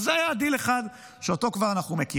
זה היה דיל אחד, שאותו אנחנו כבר מכירים,